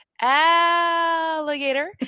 Alligator